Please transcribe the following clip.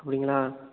அப்படிங்களா